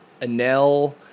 Anel